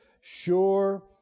sure